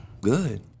Good